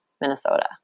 Minnesota